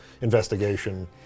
investigation